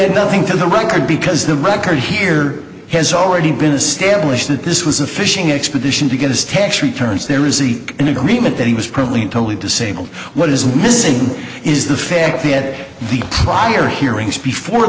i think on the record because the record here has already been established that this was a fishing expedition to get his tax returns there is even an agreement that he was probably totally disabled what is missing is the fact that the prior hearings before